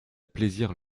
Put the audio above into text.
plaisir